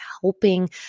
helping